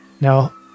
Now